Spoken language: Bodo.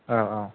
औ औ